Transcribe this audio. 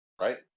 right